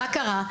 מה קרה?